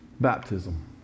baptism